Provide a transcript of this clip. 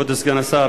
כבוד סגן השר,